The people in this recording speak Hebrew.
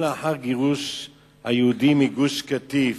גם לאחר גירוש היהודים מגוש-קטיף,